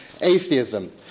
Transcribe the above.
atheism